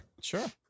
Sure